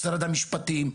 משרד המשפטים.